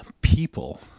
people